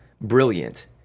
brilliant